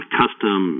custom